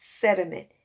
sediment